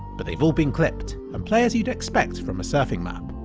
but they've all been clipped, and play as you'd expect from a surfing map.